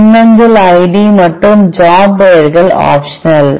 மின்னஞ்சல் ஐடி மற்றும் ஜாப் பெயர்கள் ஆப்ஷனல்